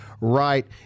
right